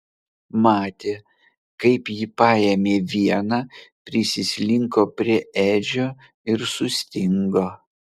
matė kaip ji paėmė vieną prisislinko prie edžio ir sustingo